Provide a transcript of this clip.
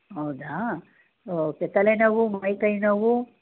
ಹೌದಾ ಓಕೆ ತಲೆನೋವು ಮೈ ಕೈ ನೋವು